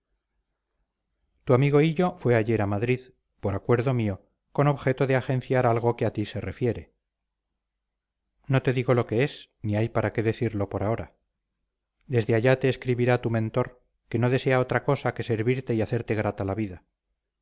tu amigo hillo fue ayer a madrid por acuerdo mío con objeto de agenciar algo que a ti se refiere no te digo lo que es ni hay para qué decirlo por ahora desde allá te escribirá tu mentor que no desea otra cosa que servirte y hacerte grata la vida